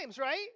right